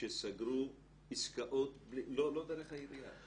שסגרו עסקאות לא דרך העירייה,